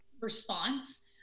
response